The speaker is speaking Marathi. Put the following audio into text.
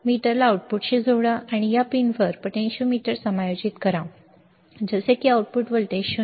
मीटरला आउटपुटशी जोडा आणि या पिनवर पोटेंशियोमीटर समायोजित करा जसे की आउटपुट व्होल्टेज 0